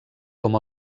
com